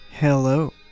Hello